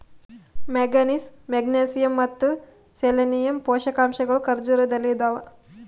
manganese magnesium ಮತ್ತು selenium ಪೋಷಕಾಂಶಗಳು ಖರ್ಜೂರದಲ್ಲಿ ಇದಾವ